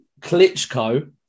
Klitschko